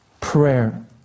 prayer